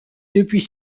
depuis